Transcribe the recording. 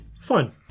Fine